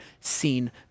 seen